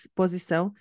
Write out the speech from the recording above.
posição